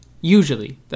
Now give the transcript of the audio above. usually